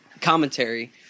commentary